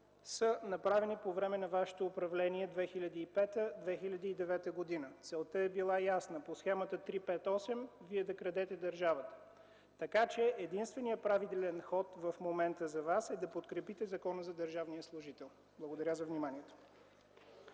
са направени по време на Вашето управление през 2005-2009 г. Целта е била ясна: по схемата 3:5:8 Вие да крадете държавата. Единственият правилен ход в момента за Вас е да подкрепите Закона за държавния служител. Благодаря за вниманието.